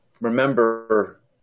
remember